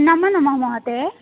नमो नमः महोदय